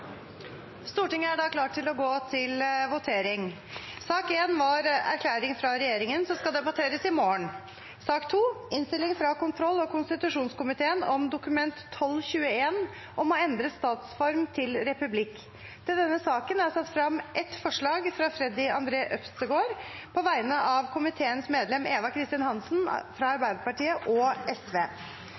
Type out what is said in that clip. Stortinget er da klar til å gå til votering. Sak nr. 1 var erklæring fra regjeringen, som skal debatteres i morgen. Under debatten har Freddy André Øvstegård satt frem et forslag på vegne av komiteens medlem Eva Kristin Hansen fra Arbeiderpartiet, og